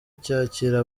cyakira